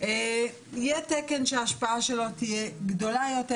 יהיה תקן שההשפעה שלו תהיה גדולה יותר,